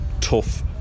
tough